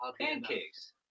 Pancakes